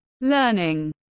Learning